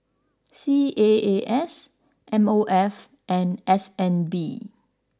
C A A S M O F and S N B